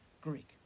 Greek